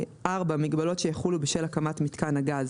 (4)מגבלות שיחולו בשל הקמת מיתקן הגז,